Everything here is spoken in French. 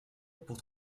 pour